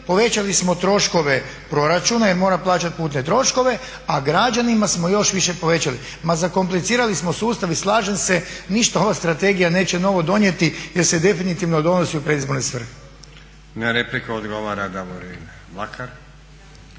povećali smo troškove proračuna jer mora plaćati putne troškove, a građanima smo još više povećali. Ma zakomplicirali smo sustav. I slažem se, ništa ova strategija neće novo donijeti jer se definitivno donosi u predizborne svrhe. **Stazić, Nenad (SDP)** Na repliku odgovara Davorin Mlakar.